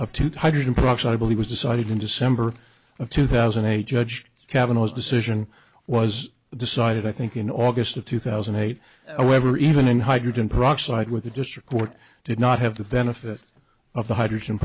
of two hundred approx i believe was decided in december of two thousand and eight judge kavanagh's decision was decided i think in august of two thousand and eight or ever even in hydrogen peroxide with the district court did not have the benefit of the hydrogen